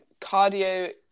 Cardio